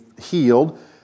healed